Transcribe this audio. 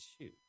shoot